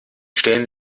stellen